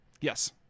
Yes